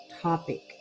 topic